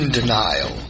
Denial